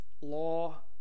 law